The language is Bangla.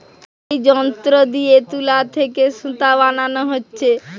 এ যন্ত্র দিয়ে তুলা থিকে সুতা বানানা হচ্ছে